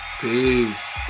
Peace